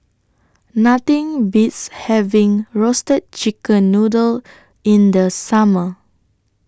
Nothing Beats having Roasted Chicken Noodle in The Summer